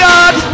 God